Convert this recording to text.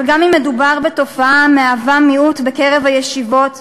אבל גם אם מדובר במיעוט בקרב הישיבות,